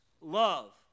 love